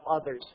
others